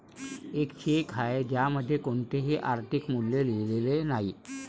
एक चेक आहे ज्यामध्ये कोणतेही आर्थिक मूल्य लिहिलेले नाही